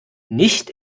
nicht